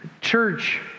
church